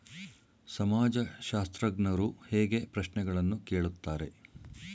ಸಮಾಜಶಾಸ್ತ್ರಜ್ಞರು ಹೇಗೆ ಪ್ರಶ್ನೆಗಳನ್ನು ಕೇಳುತ್ತಾರೆ?